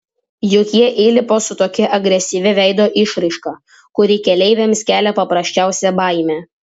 juk jie įlipa su tokia agresyvia veido išraiška kuri keleiviams kelia paprasčiausią baimę